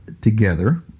together